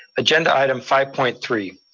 agenda item five point three.